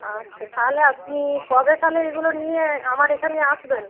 আচ্ছা তাহলে আপনি কবে তাহলে এগুলো নিয়ে আমার এখানে আসবেন